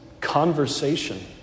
conversation